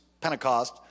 Pentecost